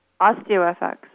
OsteoFX